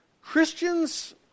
Christians